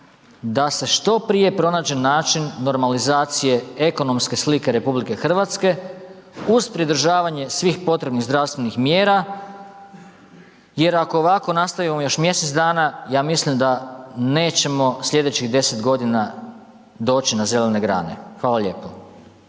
da se što prije pronađe način normalizacije ekonomske slike RH uz pridržavanje svih potrebnih zdravstvenih mjera jer ako ovako nastavimo još mjesec dana, ja mislim da nećemo slijedećih 10.g. doći na zelene grane. Hvala lijepo.